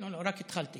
לא, רק התחלתי.